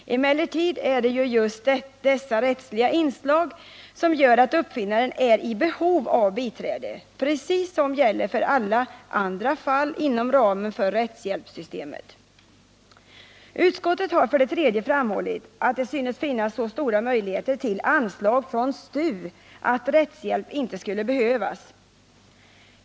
Emellertid är det just dessa rättsliga inslag som gör att uppfinnaren är i behov av biträde, precis som när det gäller alla andra fall inom ramen för rättshjälpssystemet. Utskottet har för det tredje framhållit att det synes finnas så stora möjligheter till anslag från STU att rättshjälp inte skulle behövas.